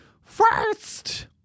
first